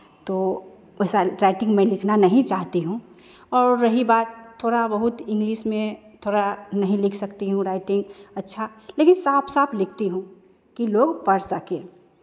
तो ऐसा राइटिंग लिखना मैं नहीं चाहती हूँ और रही बात थोड़ा बहुत इंग्लिश में थोड़ा नहीं लिख सकती हूँ राइटिंग अच्छा लेकिन साफ साफ लिखती हूँ कि लोग पढ़ सकें